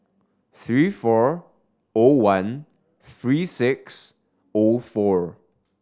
three four O one three six O four